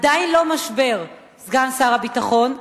עדיין לא משבר, סגן שר הביטחון.